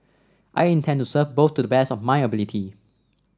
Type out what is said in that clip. I intend to serve both to the best of my ability